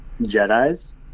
Jedi's